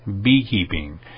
beekeeping